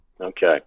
Okay